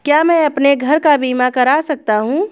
क्या मैं अपने घर का बीमा करा सकता हूँ?